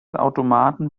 automaten